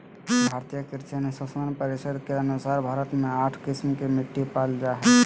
भारतीय कृषि अनुसंधान परिसद के अनुसार भारत मे आठ किस्म के मिट्टी पाल जा हइ